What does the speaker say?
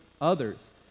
others